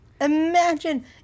Imagine